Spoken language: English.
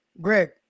Greg